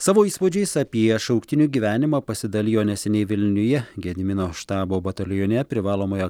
savo įspūdžiais apie šauktinių gyvenimą pasidalijo neseniai vilniuje gedimino štabo batalione privalomąją